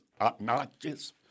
obnoxious